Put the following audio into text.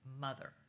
mother